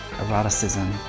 eroticism